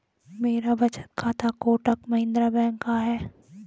मेरा बचत खाता कोटक महिंद्रा बैंक का है